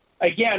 Again